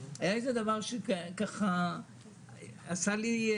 היה דבר שעשה לי,